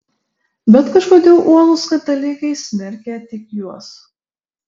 bet kažkodėl uolūs katalikai smerkia tik juos